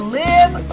live